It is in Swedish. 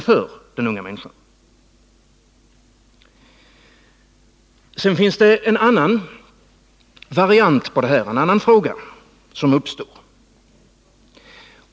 Sedan är det en annan fråga som uppstår.